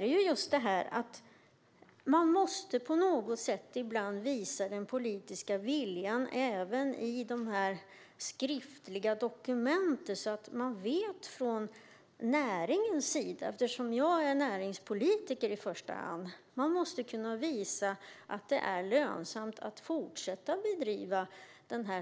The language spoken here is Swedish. Det är just detta att man ibland på något sätt måste visa den politiska viljan även i de skriftliga dokumenten så att man från näringens sida får veta det. Jag säger det eftersom jag är näringspolitiker i första hand. Man måste kunna visa att det är lönsamt att fortsätta att bedriva